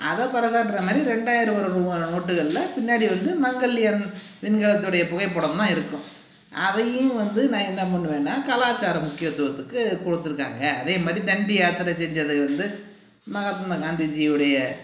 அத பறைசாற்றுகிர மாதிரி ரெண்டாயிரம் ரூபாய் நோட்டுகளில் பின்னாடி வந்து மங்கல்யான் விண்கலத்தோடய புகைப்படம்தான் இருக்கும் அதையும் வந்து நான் என்ன பண்ணுவேன்னா கலாச்சார முக்கியத்துவத்துக்கு கொடுத்துருக்காங்க அதேமாதிரி தண்டி யாத்திரை செஞ்சதுக்கு வந்து மஹாத்மா காந்திஜி உடைய